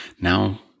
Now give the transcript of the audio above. now